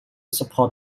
support